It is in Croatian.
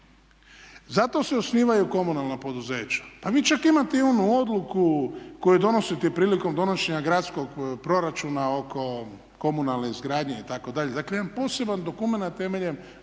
Zato se osnivaju komunalna poduzeća. Pa vi čak imate i onu odluku koju donosite prilikom donošenja gradskog proračuna oko komunalne izgradnje itd. Dakle, jedan poseban dokumenat temeljem